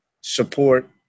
support